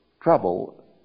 trouble